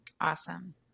Awesome